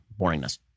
boringness